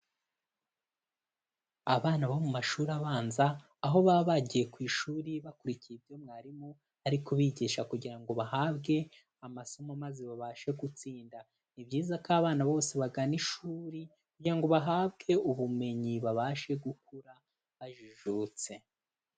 Abana bo mu mashuri abanza aho baba bagiye ku ishuri bakurikiye ibyo mwarimu ari kubigisha kugira ngo bahabwe amasomo maze babashe gutsinda, ni byiza ko abana bose bagana ishuri kugira ngo bahabwe ubumenyi babashe gukura bajijutse.